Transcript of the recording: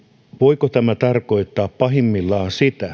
voiko tämä tarkoittaa pahimmillaan sitä